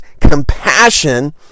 compassion